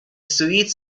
sweet